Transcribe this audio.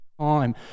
time